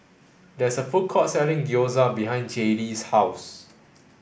there is a food court selling Gyoza behind Jaylee's house